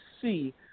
see